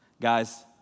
Guys